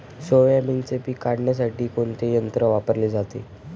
सोयाबीनचे पीक काढण्यासाठी कोणते यंत्र वापरले जाते?